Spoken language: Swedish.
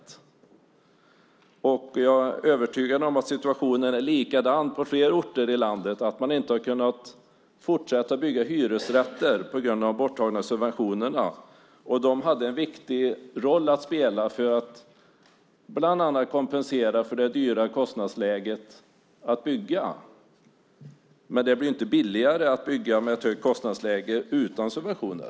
Jag är övertygad om att situationen är likadan på fler orter i landet, det vill säga att man där inte har kunnat fortsätta att bygga hyresrätter på grund av de borttagna subventionerna. De hade en viktig roll att spela för att bland annat kompensera för det dyra kostnadsläget. Men det blir inte billigare att bygga i ett högt kostnadsläge utan subventioner.